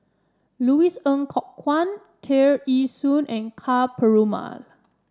Louis Ng Kok Kwang Tear Ee Soon and Ka Perumal